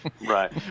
right